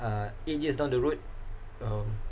uh eight years down the road um